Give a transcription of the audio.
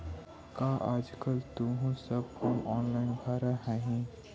का तुहूँ आजकल सब फॉर्म ऑनेलाइन भरऽ हही?